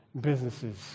businesses